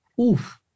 Oof